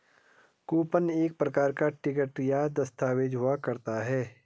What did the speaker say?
coupon एक प्रकार का टिकट या दस्ताबेज हुआ करता है